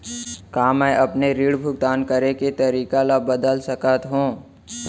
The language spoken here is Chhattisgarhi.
का मैं अपने ऋण भुगतान करे के तारीक ल बदल सकत हो?